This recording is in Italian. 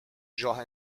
gioca